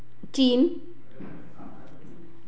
चीन